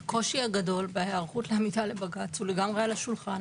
הקושי הגדול בהיערכות לעמידה לבג"ץ הוא לגמרי על השולחן,